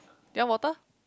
do you want water